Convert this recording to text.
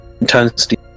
intensity